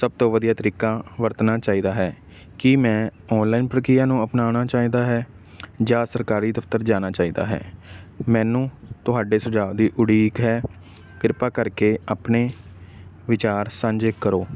ਸਭ ਤੋਂ ਵਧੀਆ ਤਰੀਕਾ ਵਰਤਣਾ ਚਾਹੀਦਾ ਹੈ ਕੀ ਮੈਂ ਆਨਲਾਈਨ ਪ੍ਰਕਿਰਿਆ ਨੂੰ ਅਪਣਾਉਣਾ ਚਾਹੀਦਾ ਹੈ ਜਾਂ ਸਰਕਾਰੀ ਦਫਤਰ ਜਾਣਾ ਚਾਹੀਦਾ ਹੈ ਮੈਨੂੰ ਤੁਹਾਡੇ ਸੁਝਾਅ ਦੀ ਉਡੀਕ ਹੈ ਕਿਰਪਾ ਕਰਕੇ ਆਪਣੇ ਵਿਚਾਰ ਸਾਂਝੇ ਕਰੋ